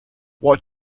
what